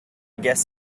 guess